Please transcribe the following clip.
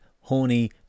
horny